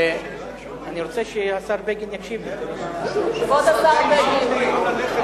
אני רוצה שהשר בגין יקשיב לי, כבוד השר בגין.